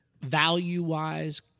value-wise